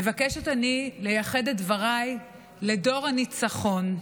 מבקשת אני לייחד את דבריי לדור הניצחון.